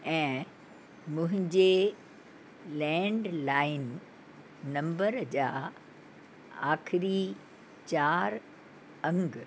ऐं मुंहिंजे landline number जा आख़िरी चारि अंग